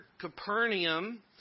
Capernaum